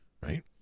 Right